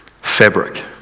fabric